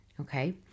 Okay